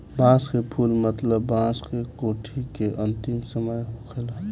बांस के फुल मतलब बांस के कोठी के अंतिम समय होखेला